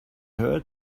her